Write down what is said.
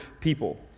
people